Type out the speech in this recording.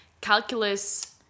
calculus